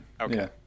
Okay